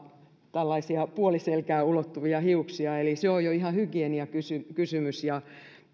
tällaisia puoliselkään ulottuvia hiuksia eli se on jo ihan hygieniakysymys ja